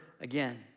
again